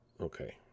Okay